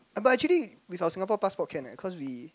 but actually with our Singapore passport can eh cause we